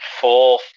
full